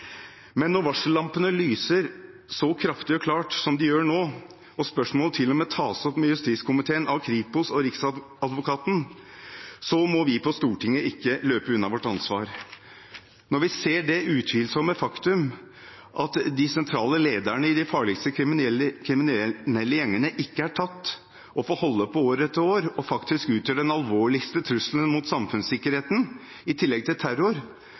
Men når varsellampene lyser så kraftig og klart som de gjør nå, og spørsmålet til og med tas opp med justiskomiteen av Kripos og Riksadvokaten, må vi på Stortinget ikke løpe fra vårt ansvar. Når vi ser det utvilsomme faktum at de sentrale lederne i de farligste kriminelle gjengene ikke er tatt, men får holde på år etter år og faktisk utgjør den alvorligste trusselen mot samfunnssikkerheten, i tillegg til terror,